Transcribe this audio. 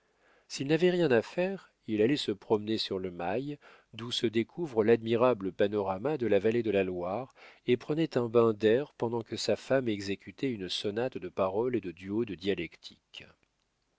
s'il n'avait rien à faire il allait se promener sur le mail d'où se découvre l'admirable panorama de la vallée de la loire et prenait un bain d'air pendant que sa femme exécutait une sonate de paroles et des duos de dialectique